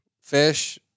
Fish